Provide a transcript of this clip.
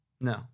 No